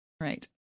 right